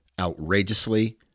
outrageously